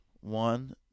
One